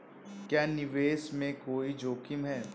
क्या निवेश में कोई जोखिम है?